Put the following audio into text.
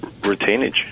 retainage